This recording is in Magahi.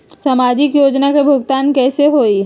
समाजिक योजना के भुगतान कैसे होई?